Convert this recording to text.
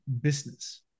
business